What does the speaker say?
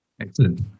Excellent